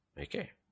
Okay